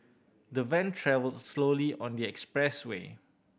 the van travelled slowly on expressway